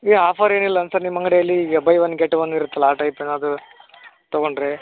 ಈಗ ಆಫರ್ ಏನಿಲ್ಲೇನು ಸರ್ ನಿಮ್ಮ ಅಂಗಡೀಲಿ ಈಗ ಬೈ ಒನ್ ಗೆಟ್ ಒನ್ ಇರುತ್ತಲ್ಲ ಆ ಟೈಪ್ ಏನಾದರೂ ತೊಗೊಂಡರೆ